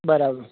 બરાબર